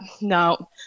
no